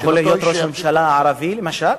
יכול להיות ראש ממשלה ערבי למשל?